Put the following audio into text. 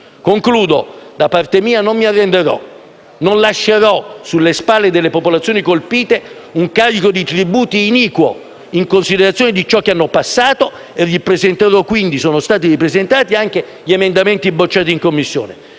giorno. Da parte mia non mi arrenderò. Non lascerò sulle spalle delle popolazioni colpite un carico di tributi iniquo, in considerazione di ciò che hanno passato e, quindi, sono stati ripresentati anche gli emendamenti bocciati in Commissione.